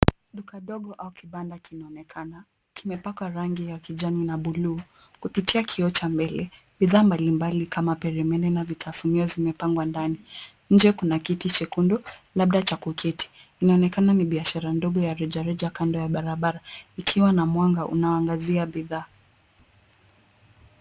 Duka ndogo au kibanda kinaonnekana kumepakwa rangi ya kijani na buluu. Kupitia kioo cha mbele, bidhaa mbali mbali kama peremende na vitafunio zimepangwa ndani. Nje kuna kiti chekundu, labda cha kuketi. Ninaonekana ni biashara ndogo ya rejareja kando ya barabara. Ikiwa na mwanga, unaangazia bidhaa.